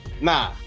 Nah